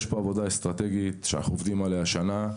יש פה עבודה אסטרטגית שאנחנו עובדים עליה שנה.